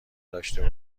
داشته